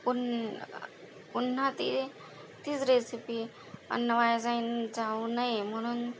पुन पुन्हा ती तीच रेसिपी अन्न वाया जाईन जाऊ नये म्हणून